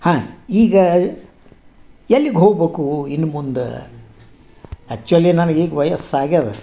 ಹಾಂ ಈಗ ಎಲ್ಲಿಗೆ ಹೋಗ್ಬೇಕು ಇನ್ನು ಮುಂದೆ ಆ್ಯಕ್ಚುಲಿ ನನ್ಗೆ ಈಗ ವಯಸ್ಸು ಆಗಿದೆ